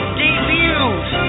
debuts